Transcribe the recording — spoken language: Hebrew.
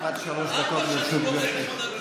עד שלוש דקות לרשות גברתי.